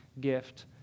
gift